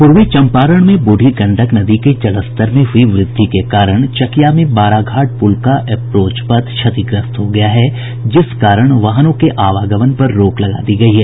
पूर्वी चंपारण में बूढ़ी गंडक नदी के जलस्तर में हुई वृद्धि के कारण चकिया में बाराघाट पुल का एप्रोच पथ क्षतिग्रस्त हो गया है जिस कारण वाहनों के आवागमन पर रोक लगा दी गयी है